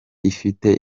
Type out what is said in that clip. ifite